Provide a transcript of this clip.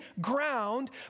ground